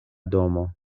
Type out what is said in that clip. domo